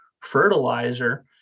fertilizer